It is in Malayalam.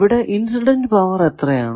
ഇവിടെ ഇൻസിഡന്റ് പവർ എത്രയാണ്